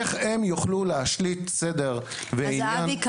איך הם יוכלו להשליט סדר ועניין במה ש --- אבי,